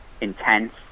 intense